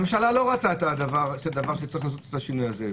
הממשלה לא ראתה שצריך לעשות את השינוי הזה.